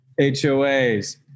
HOAs